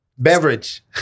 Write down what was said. Beverage